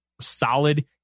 solid